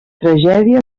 tragèdia